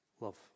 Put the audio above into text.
love